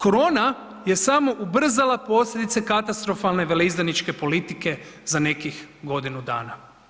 Korona je samo ubrzala posljedice katastrofalne veleizdajničke politike za nekih godinu dana.